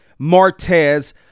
Martez